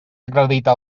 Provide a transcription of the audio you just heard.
acredita